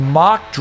mock